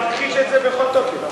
הוא מכחיש את זה בכל תוקף.